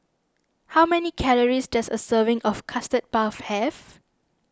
how many calories does a serving of Custard Puff have